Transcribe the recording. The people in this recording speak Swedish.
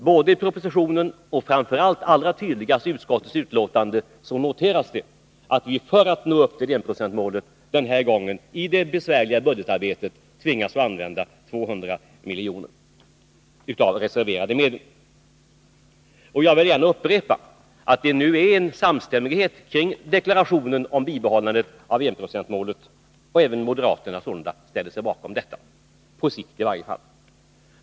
Både i propositionen och framför allt, allra tydligast, i utskottets betänkande noteras det att vi denna gång för att i det besvärliga budgetarbetet nå upp till enprocentsmålet tvingas använda 200 milj.kr. av reserverade medel. Jag vill gärna upprepa att det råder samstämmighet kring deklarationen om bibehållandet av enprocentsmålet, och att även moderaterna sålunda ställer sig bakom detta — på sikt i varje fall.